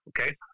Okay